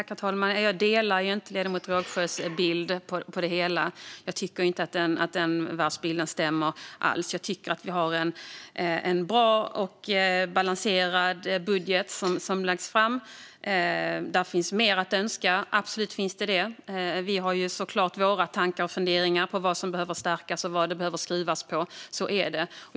Herr talman! Jag delar inte ledamoten Rågsjös bild av det hela. Jag tycker inte att den världsbilden stämmer alls. Jag tycker att en bra och balanserad budget har lagts fram, även om det absolut finns mer att önska. Vi sverigedemokrater har såklart våra tankar och funderingar om vad som behöver stärkas och vad det behöver skruvas på. Så är det.